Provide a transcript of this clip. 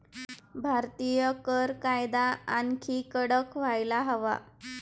भारतीय कर कायदा आणखी कडक व्हायला हवा